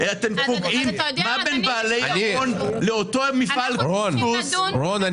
מה בין בעלי ההון לאותו מפעל דפוס --- רון,